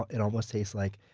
it almost tastes like